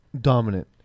dominant